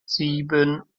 sieben